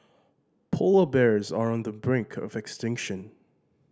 polar bears are on the brink of extinction